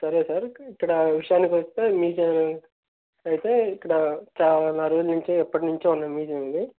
సరే సార్ ఇక్కడ విషయానికొస్తే మీకు అయితే ఇక్కడ చాలా రోజుల నుంచి ఎప్పటి నుంచో ఉన్న మ్యూజియం ఇది